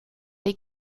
les